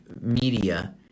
media